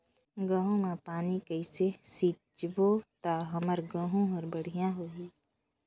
गहूं म पानी कइसे सिंचबो ता हमर गहूं हर बढ़िया होही?